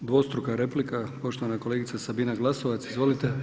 Dvostruka replika poštovana kolegica Sabina Glasovac, izvolite.